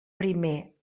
primer